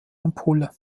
ampulle